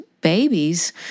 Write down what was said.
babies